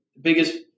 biggest